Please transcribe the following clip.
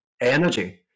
energy